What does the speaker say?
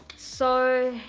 so,